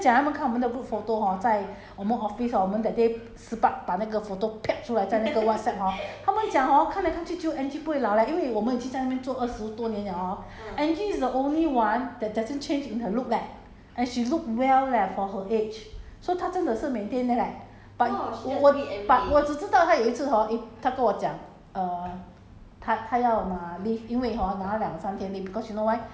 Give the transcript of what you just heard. ya this is what she do she she maintain very well 他们在讲他们看我们的 group photo hor 在我们 office hor 我们 that day sibat 把那个 photo piak 出来在那个 whatsapp hor 他们讲 hor 看来看去只有 angie 不会老 leh 因为我们已经在那边做二十多年 liao hor angie is the only one that doesn't change in her look leh and she look well leh for her age so 她真的是 maintain 的 leh but 我我 but 我只知道她有一次 hor eh 她跟我讲 err